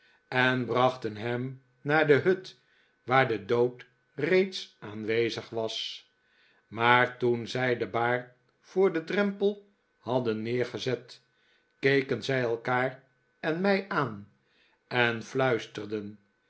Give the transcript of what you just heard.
en brachten hem naar de hut waar de dbod reeds aanwezig was maar toen zij de baar voor den drempel hadden neergezet keken zij elkaar en mij aan en fluisterden